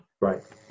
Right